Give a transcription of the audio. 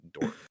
Dork